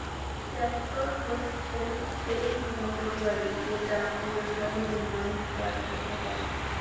tractor হচ্ছে সেই motor গাড়ি যেটা দিয়ে সহজে মানুষ চাষ করতে পারে